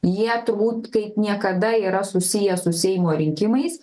jie turbūt kaip niekada yra susiję su seimo rinkimais